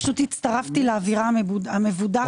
פשוט הצטרפתי לאמירה המבודחת.